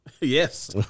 Yes